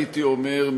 הייתי אומר,